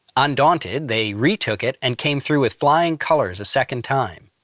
undaunted, they re-took it and came through with flying colors a second time.